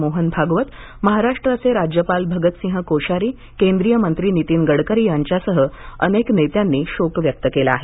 मोहन भागवत महाराष्ट्राचे राज्यपाल भगतसिंह कोश्यारी केंद्रीय मंत्री नितीन गडकरी यांच्यासह अनेक नेत्यांनी शोक व्यक्त केला आहे